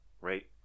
right